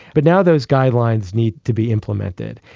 but now those guidelines need to be implemented.